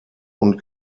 und